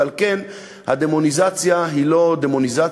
ועל כן הדמוניזציה היא לא דמוניזציה.